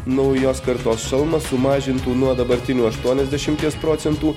naujos kartos šalmas sumažintų nuo dabartinių aštuoniasdešimties procentų